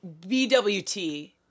BWT